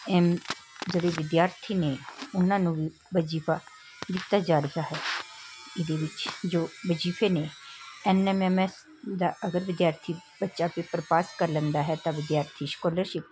M ਜਿਹੜੇ ਵਿਦਿਆਰਥੀ ਨੇ ਉਹਨਾਂ ਨੂੰ ਵੀ ਵਜੀਫਾ ਦਿੱਤਾ ਜਾ ਰਿਹਾ ਹੈ ਇਹਦੇ ਵਿੱਚ ਜੋ ਵਜੀਫੇ ਨੇ ਐਨ ਐਮ ਐਮ ਐਸ ਦਾ ਅਗਰ ਵਿਦਿਆਰਥੀ ਬੱਚਾ ਪੇਪਰ ਪਾਸ ਕਰ ਲੈਂਦਾ ਹੈ ਤਾਂ ਵਿਦਿਆਰਥੀ ਸ਼ਕੋਲਰਸ਼ਿਪ